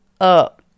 up